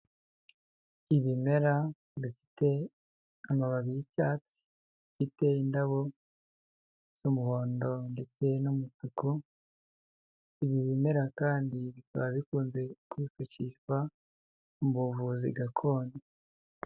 Ibimera bifite amababi y'icyatsi, bifite indabo z'umuhondo ndetse n'umutuku, ibi bimera kandi bikaba bikunze kwifashishwa mu buvuzi gakondo.